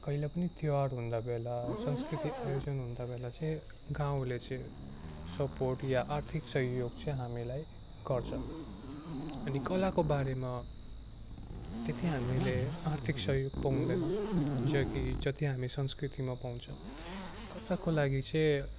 कहिले पनि त्यौहार हुँदा बेला संस्कृति आयोजन हुँदा बेला चाहिँ गाउँले चाहिँ सपोर्ट या आर्थिक सहयोग चाहिँ हामीलाई गर्छ अनि कलाको बारेमा त्यति हामीले आर्थिक सहयोग पाउँदैन जे कि जति हामी संस्कृतिमा पाउँछ कताको लागि चाहिँ